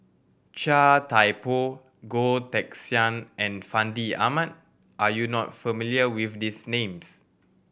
Chia Thye Poh Goh Teck Sian and Fandi Ahmad are you not familiar with these names